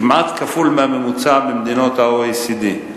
כמעט כפול מהממוצע במדינות ה-OECD.